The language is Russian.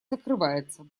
закрывается